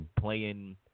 playing